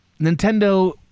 Nintendo